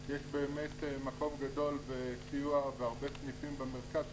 יש מקום גדול וסיוע והרבה סניפים במרכז.